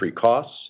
costs